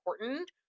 important